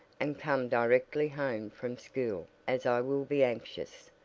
and come directly home from school as i will be anxious,